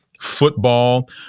football